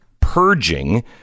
purging